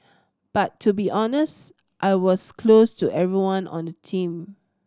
but to be honest I was close to everyone on the team